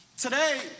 Today